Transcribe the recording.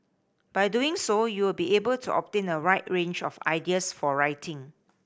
by doing so you will be able to obtain a wide range of ideas for writing